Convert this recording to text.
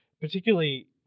particularly